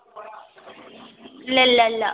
ഇല്ലല്ലല്ല